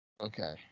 Okay